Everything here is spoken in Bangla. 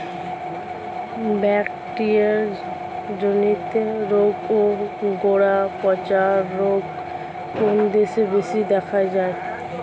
ব্যাকটেরিয়া জনিত রোগ ও গোড়া পচা রোগ কোন দেশে বেশি দেখা যায়?